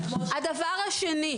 הדבר השני,